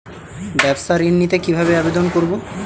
ব্যাবসা ঋণ নিতে কিভাবে আবেদন করব?